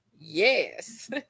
Yes